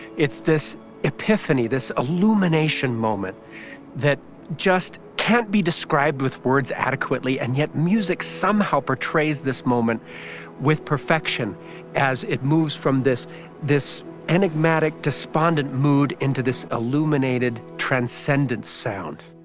it's this epiphany, this illumination moment that just can't be described with words adequately and yet music somehow portrays this moment with perfection as it moves from this this enigmatic despondent mood into this illuminated transcendence song.